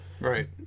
Right